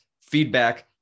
feedback